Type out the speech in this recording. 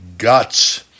guts